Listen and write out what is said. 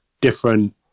different